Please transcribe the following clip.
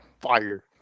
fire